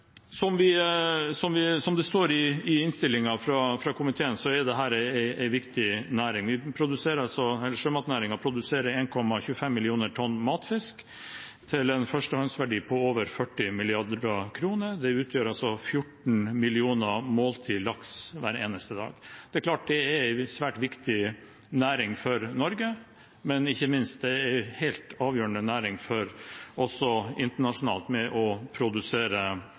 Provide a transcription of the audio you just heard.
De Grønne reiser kritikk. Som det står i innstillingen fra komiteen, er dette en viktig næring. Sjømatnæringen produserer 1,25 mill. tonn matfisk til en førstehåndsverdi av over 40 mrd. kr. Det utgjør 14 millioner måltider laks hver eneste dag. Det er klart at det er en svært viktig næring for Norge, men ikke minst er det en helt avgjørende næring også internasjonalt når det gjelder å produsere